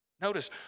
Notice